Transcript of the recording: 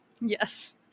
Yes